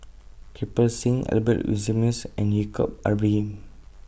Kirpal Singh Albert Winsemius and Yaacob Ibrahim